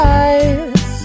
eyes